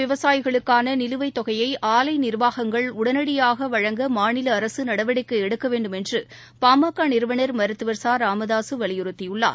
விவசாயிகளுக்கானநிலுவைத் தொகையைஆலைநிர்வாகங்கள் உடனடியாகவழங்க கரும்பு மாநிலஅரசுநடவடிக்கைஎடுக்கவேண்டும் என்றுபாமகநிறுவனர் மருத்துவர் ச ராமதாசுவலியுறுத்தியுள்ளார்